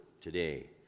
today